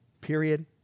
Period